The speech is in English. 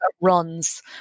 runs